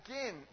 Again